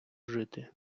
жити